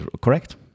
Correct